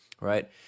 Right